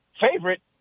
favorite